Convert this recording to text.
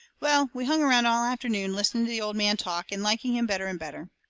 well, we hung around all afternoon listening to the old man talk, and liking him better and better.